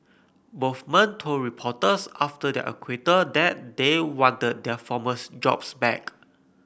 both men told reporters after their acquittal that they wanted their former's jobs back